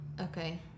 Okay